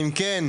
אם כן,